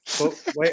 Wait